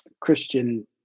Christian